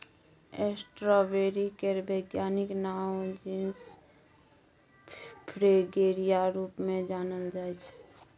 strawberry केर बैज्ञानिक नाओ जिनस फ्रेगेरिया रुप मे जानल जाइ छै